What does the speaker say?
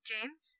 James